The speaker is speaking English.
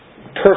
perfect